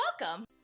welcome